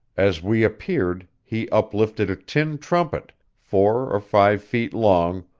as we appeared, he uplifted a tin trumpet, four or five feet long,